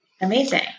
Amazing